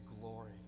glory